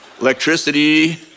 electricity